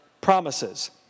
promises